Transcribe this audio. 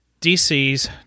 DC's